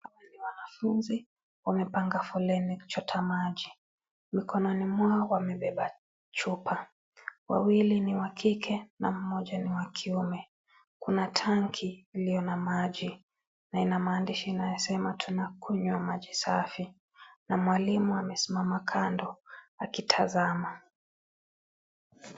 Wanafunzi wamepanga foleni kuchota maji. Mikononi mwao wamebeba chupa. Wawili ni wa kike na mmoja ni wa kiume. Kuna tangi iliyo na maji na ina maandishi inayosema ''Tunakunywa maji safi'', na mwalimu amesimama kando akitazama.